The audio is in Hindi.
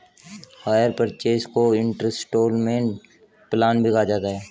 हायर परचेस को इन्सटॉलमेंट प्लान भी कहा जाता है